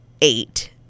eight